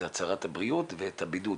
זה הצהרת הבריאות ואת הבידוד.